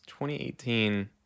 2018